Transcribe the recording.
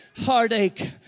heartache